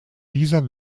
dieser